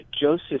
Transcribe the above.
Joseph